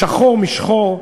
שחור משחור.